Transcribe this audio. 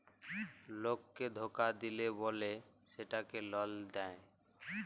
লককে ধকা দিল্যে বল্যে সেটকে লল দেঁয়